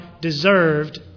deserved